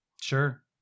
Sure